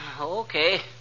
Okay